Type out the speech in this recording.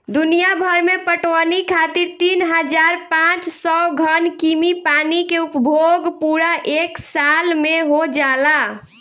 दुनियाभर में पटवनी खातिर तीन हज़ार पाँच सौ घन कीमी पानी के उपयोग पूरा एक साल में हो जाला